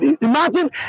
imagine